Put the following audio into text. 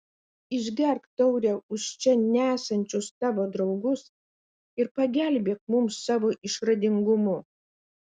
išgerk taurę už čia nesančius tavo draugus ir pagelbėk mums savo išradingumu